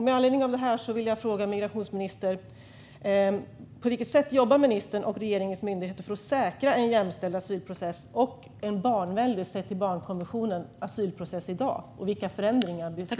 Med anledning av det vill jag fråga migrationsministern: På vilket sätt jobbar ministern och regeringens myndigheter för att säkra en jämställd asylprocess och en, sett till barnkonventionen, barnvänlig asylprocess i dag?